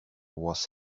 was